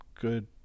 good